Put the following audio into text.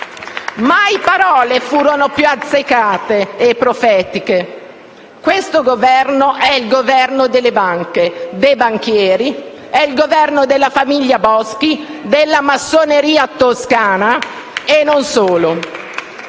Mai parole furono più azzeccate e profetiche. Questo Governo è il Governo delle banche e dei banchieri, è il Governo della famiglia Boschi, della massoneria toscana e non solo.